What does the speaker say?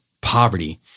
poverty